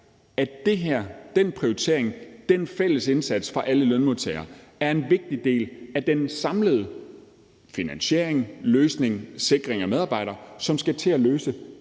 altså den prioritering og den fælles indsats for alle lønmodtagere, er en vigtig del af den samlede finansiering, løsning og sikring af medarbejdere, som skal til at løse